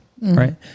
Right